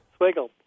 Swiggle